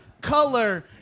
Color